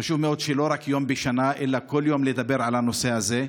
חשוב מאוד לדבר על הנושא הזה,